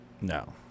No